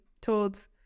told